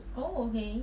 oh okay